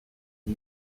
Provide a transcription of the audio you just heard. our